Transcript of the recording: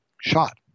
shot